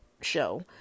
show